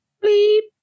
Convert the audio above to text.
Beep